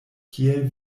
kiel